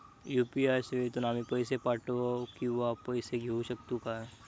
UPI सेवेतून आम्ही पैसे पाठव किंवा पैसे घेऊ शकतू काय?